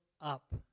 up